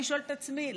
אני שואלת את עצמי למה.